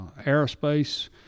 aerospace